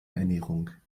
ernährung